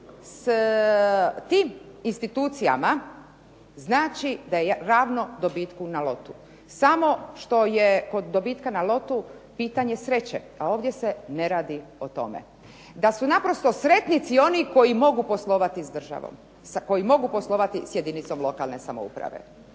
s tim institucijama znači ravno dobitku na lotu. Samo što je kod dobitka na lotu pitanje sreće, a ovdje se ne radi o tome. Da su naprosto sretnici oni koji mogu poslovati s državom, koji mogu poslovati s jedinicom lokalne samouprave.